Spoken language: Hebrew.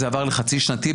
וזה עבר לחצי שנתי,